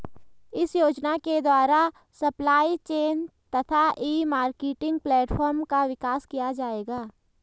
इस योजना के द्वारा सप्लाई चेन तथा ई मार्केटिंग प्लेटफार्म का विकास किया जाएगा